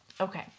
Okay